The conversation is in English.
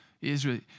Israel